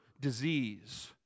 disease